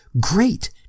great